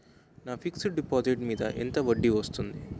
నా fixed deposit మీద ఎంత వడ్డీ వస్తుంది?